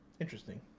Interesting